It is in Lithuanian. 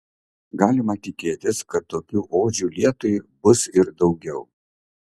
galima tikėtis kad tokių odžių lietui bus ir daugiau